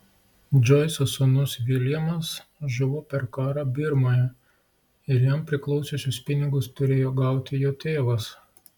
džoiso sūnus viljamas žuvo per karą birmoje ir jam priklausiusius pinigus turėjo gauti jo tėvas